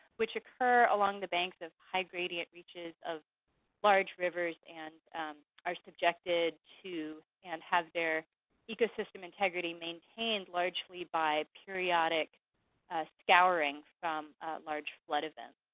which occur along the banks of highgradient reaches of large rivers and are subjected to and have their ecosystem integrity maintained largely by periodic scouring from large flood events.